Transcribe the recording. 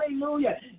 Hallelujah